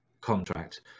contract